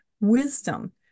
wisdom